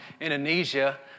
Indonesia